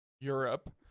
Europe